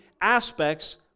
aspects